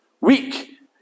weak